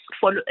follow